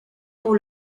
pour